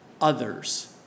others